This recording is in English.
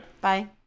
Bye